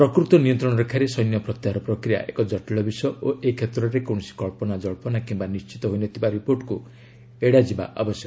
ପ୍ରକୃତ ନିୟନ୍ତ୍ରଣରେଖାରେ ସୈନ୍ୟ ପ୍ରତ୍ୟାହାର ପ୍ରକ୍ରିୟା ଏକ ଜଟିଳ ବିଷୟ ଓ ଏ କ୍ଷେତ୍ରରେ କୌଣସି କବ୍ଧନା କିମ୍ବା ନିଶ୍ଚିତ ହୋଇନଥିବା ରିପୋର୍ଟକୁ ଏଡାଯିବା ଉଚିତ୍